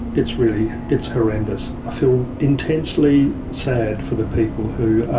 it's really, it's horrendous. i feel intensely sad for the people who are,